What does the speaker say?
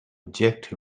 object